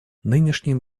нынешний